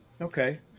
okay